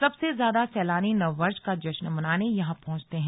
सबसे ज्यादा सैलानी नव वर्ष का जश्न मनाने यहां पंहुचते हैं